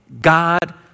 God